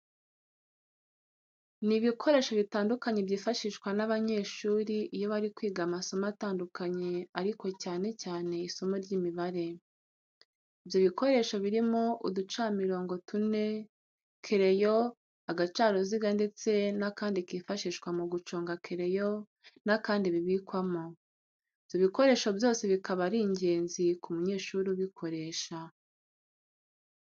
Ni ibikoresho bitandukanye byifashishwa n'abanyeshuri iyo bari kwiga amasomo atandukanye ariko cyane cyane isimo ry'Imibare. Ibyo bikoresho birimo uducamirongo tune, kereyo, ugacaruziga ndetse n'akandi kifashishwa mu guconga kereyo n'akandi bibikwamo. Ibyo bikoresho byose bikaba ari ingenzi ku munyeshuri ubikoresha.